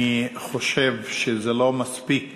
אני חושב שזה לא מספיק,